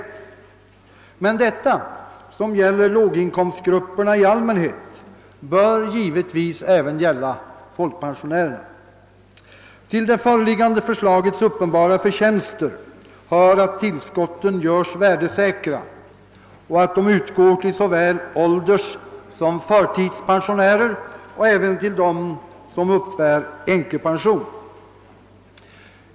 Men vad som i detta avseende gäller låginkomstgrupperna i allmänhet bör givetvis även gälla folkpensionärerna. Till det föreliggande förslagets uppenbara förtjänster hör att tillskotten görs värdesäkra och att de utgår till såväl ålderssom förtidspensionärer och även till dem som uppbär änkepension.